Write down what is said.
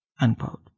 unquote